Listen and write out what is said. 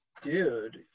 dude